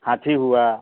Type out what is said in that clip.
हाथी हुआ